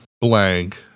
blank